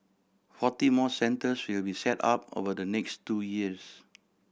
forty more centres will be set up over the next two years